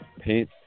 paint